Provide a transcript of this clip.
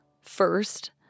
first